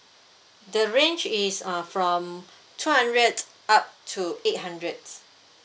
the range is uh from two hundred up to eight hundred